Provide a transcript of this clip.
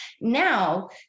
Now